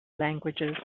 languages